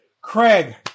Craig